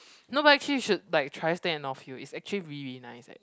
no but actually you should like try stand at off hill is actually really really nice eh